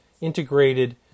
integrated